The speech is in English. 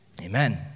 Amen